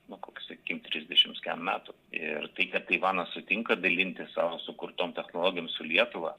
nu kokius sakykim trisdešims kem metų ir tai kad taivanas sutinka dalintis savo sukurtom technologijom su lietuva